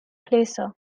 placer